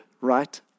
right